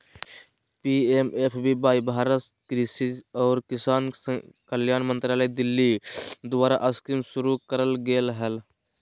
PMFBY Bharat कृषि और किसान कल्याण मंत्रालय दिल्ली द्वारास्कीमशुरू करल गेलय हल